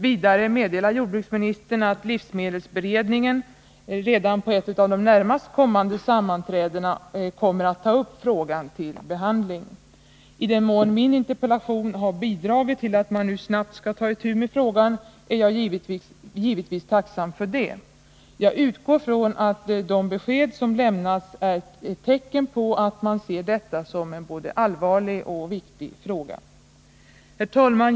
Vidare meddelar han att livsmedelsberedningen redan på ett av de närmast kommande sammanträdena skall ta upp frågan till behandling. I den mån min interpellation har bidragit till att man nu snabbt skall ta itu med frågan, är jag givetvis tacksam. Jag utgår från att de besked som lämnats är ett tecken på att man ser detta som en både allvarlig och viktig fråga. Herr talman!